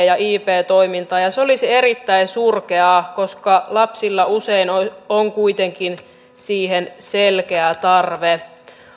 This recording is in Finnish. ja ip toimintaa se olisi erittäin surkeaa koska lapsilla usein on on kuitenkin siihen selkeä tarve